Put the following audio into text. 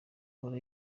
ahora